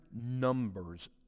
numbers